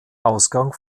ausgang